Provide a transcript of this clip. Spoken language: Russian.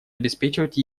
обеспечивать